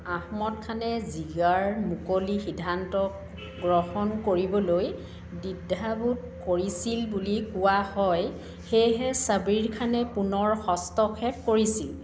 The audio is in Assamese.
আহমদ খানে জিৰ্গাৰ মুকলি সিদ্ধান্ত গ্ৰহণ কৰিবলৈ দ্বিধাবোধ কৰিছিল বুলি কোৱা হয় সেয়েহে ছাবিৰ খানে পুনৰ হস্তক্ষেপ কৰিছিল